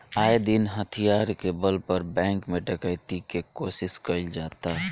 आये दिन हथियार के बल पर बैंक में डकैती के कोशिश कईल जाता